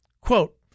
Quote